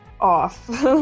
off